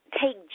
take